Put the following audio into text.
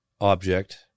object